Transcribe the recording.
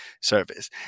service